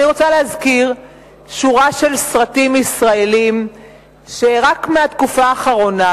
אני רוצה להזכיר שורת סרטים ישראליים רק מהתקופה האחרונה,